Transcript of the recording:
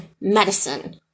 medicine